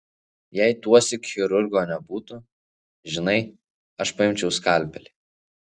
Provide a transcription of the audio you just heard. jei tuosyk chirurgo nebūtų žinai aš paimčiau skalpelį